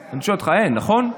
אני שואל אותך: אין, נכון?